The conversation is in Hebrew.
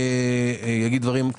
המורים,